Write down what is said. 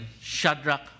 Shadrach